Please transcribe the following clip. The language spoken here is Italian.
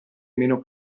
meno